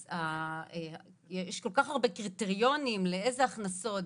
כל הקריטריונים הרבים לאיזה הכנסות,